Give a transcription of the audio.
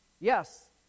Yes